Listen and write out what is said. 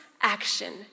action